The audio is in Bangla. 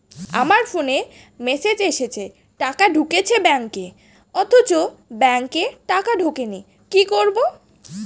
আমার ফোনে মেসেজ এসেছে টাকা ঢুকেছে ব্যাঙ্কে অথচ ব্যাংকে টাকা ঢোকেনি কি করবো?